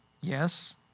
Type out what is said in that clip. Yes